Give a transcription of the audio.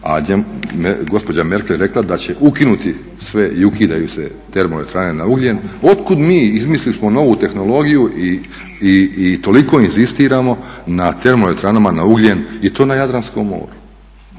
a gospođa Merkel je rekla da će ukinuti sve i ukidaju se termo elektrane na ugljen od kud mi izmislili smo novu tehnologiju i toliko inzistiramo na termo elektranama na ugljen i to na Jadranskom moru